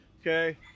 okay